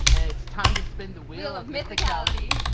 it's time to spin the wheel of mythicality.